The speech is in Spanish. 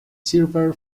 silver